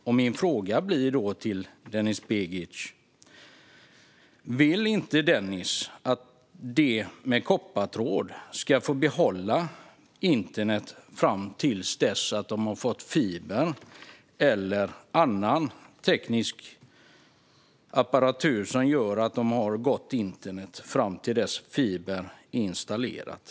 Vill inte Denis att de med koppartråd ska få behålla internet fram till dess att de har fått fiber eller annan teknisk apparatur som gör att de har god internetuppkoppling fram till dess att fibern har installerats?